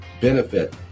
benefit